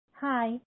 Hi